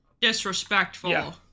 Disrespectful